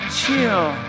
chill